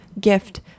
gift